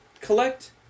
collect